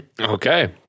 Okay